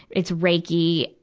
it's reiki.